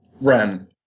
Ren